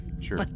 Sure